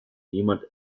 niemand